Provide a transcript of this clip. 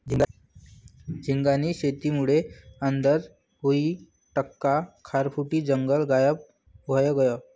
झींगास्नी शेतीमुये आंदाज ईस टक्का खारफुटी जंगल गायब व्हयी गयं